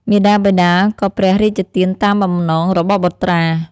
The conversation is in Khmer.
មាតាបិតាក៏ព្រះរាជទានតាមបំណងរបស់បុត្រា។